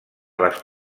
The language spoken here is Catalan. les